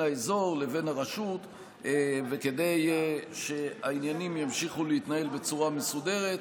האזור לבין הרשות וכדי שהעניינים ימשיכו להתנהל בצורה מסודרת,